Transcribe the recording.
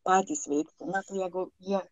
patys veikti jeigu jie